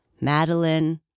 Madeline